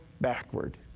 backward